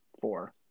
four